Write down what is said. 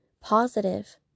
positive